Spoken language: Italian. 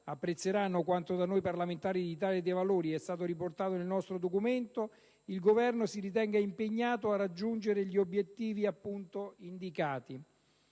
apprezzerà quanto da noi parlamentari dell'Italia dei Valori è stato riportato nel nostro documento, il Governo si ritenga impegnato a raggiungere gli obiettivi indicati.